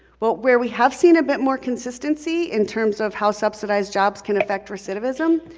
but where we have seen a bit more consistency, in terms of how subsidized jobs can affect recidivism,